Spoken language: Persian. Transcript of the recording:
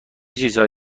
چیزهای